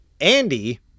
Andy